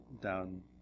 down